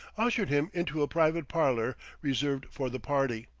ushered him into a private parlor reserved for the party,